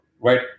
right